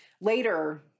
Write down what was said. Later